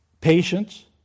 patience